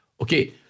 Okay